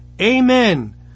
Amen